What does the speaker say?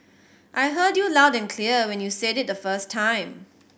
I heard you loud and clear when you said it the first time